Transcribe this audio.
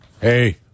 Hey